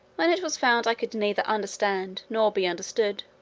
when it was found i could neither understand nor be understood,